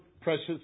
precious